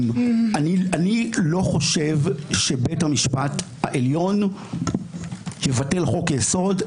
אני לא חושב שבית המשפט העליון יבטל חוק-יסוד,